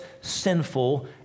sinful